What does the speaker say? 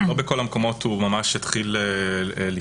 לא בכל המקומות הוא ממש התחיל לפעול,